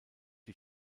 die